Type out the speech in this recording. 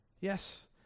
Yes